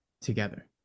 Together